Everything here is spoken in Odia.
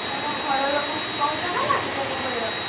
ତୁମ ଘର ଲୋକଙ୍କୁ କହୁଛ ନା ନାଇଁ ଯୋଗ କରିବାକୁ